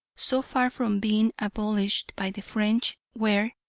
so far from being abolished by the french, were,